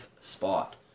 spot